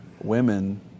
women